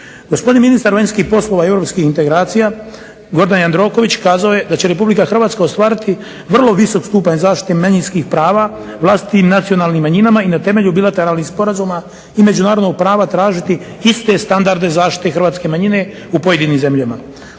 Gospodin ministar vanjskih poslova i europskih integracija Gordan Jandroković kazao je da će Republika Hrvatska ostvariti vrlo visok stupanj zaštite manjinskih prava vlastitim nacionalnim manjinama, i na temelju bilateralnih sporazuma i međunarodnog prava tražiti iste standarde zaštite hrvatske manjine u pojedinim zemljama.